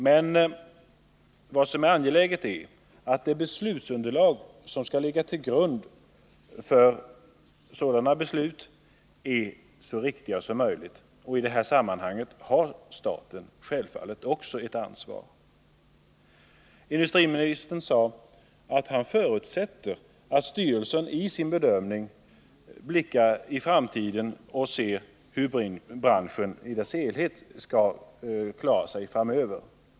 Men vad som är angeläget är att beslutsunderlaget är så riktigt som möjligt, och i detta sammanhang har staten självfallet också ett ansvar. Industriministern sade att han förutsätter att styrelsen i sin bedömning blickar in i framtiden och ser hur branschen i dess helhet skall klara sig framöver.